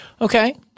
Okay